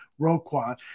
Roquan